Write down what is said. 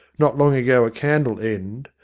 not long ago a candle end,